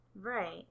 Right